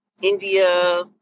India